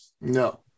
No